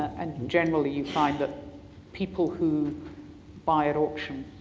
and generally you find that people who buy at auction,